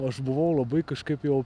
aš buvau labai kažkaip jau